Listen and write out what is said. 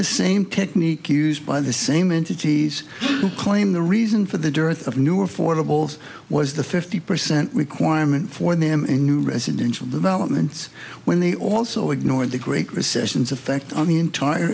the same technique used by the same entities claim the reason for the dearth of new affordable was the fifty percent requirement for them in new residential developments when they also ignored the great recessions effect on the entire